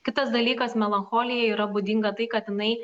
kitas dalykas melancholijai yra būdinga tai kad jinai